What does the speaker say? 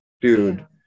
dude